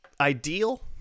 ideal